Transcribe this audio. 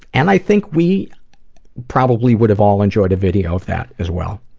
and i think we probably would have all enjoyed a video of that as well.